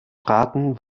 traten